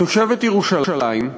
תושבת ירושלים,